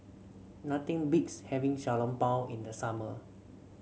nothing beats having Xiao Long Bao in the summer